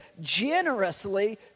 generously